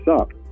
up